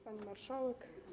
Pani Marszałek!